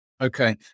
Okay